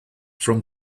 from